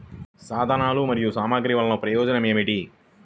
సాధనాలు మరియు సామగ్రి వల్లన ప్రయోజనం ఏమిటీ?